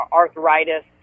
arthritis